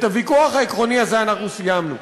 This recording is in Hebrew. את הוויכוח העקרוני הזה אנחנו סיימנו,